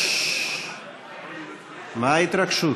מה ההתרגשות?